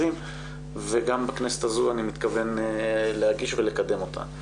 וגם בכנסת הזו אני מתכוון להגיש ולקדם אותה.